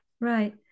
Right